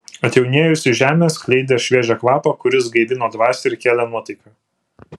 atjaunėjusi žemė skleidė šviežią kvapą kuris gaivino dvasią ir kėlė nuotaiką